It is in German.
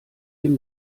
dem